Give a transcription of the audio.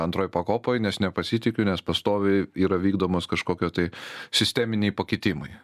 antroj pakopoj nes nepasitikiu nes pastoviai yra vykdomos kažkokio tai sisteminiai pakitimai